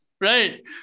Right